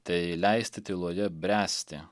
tai leisti tyloje bręsti